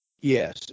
Yes